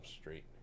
Street